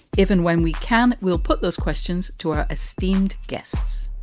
if and when we can, we'll put those questions to our esteemed guests.